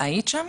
היית שם?